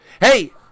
Hey